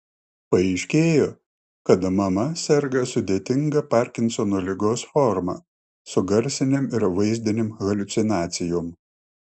paaiškėjo kad mama serga sudėtinga parkinsono ligos forma su garsinėm ir vaizdinėm haliucinacijom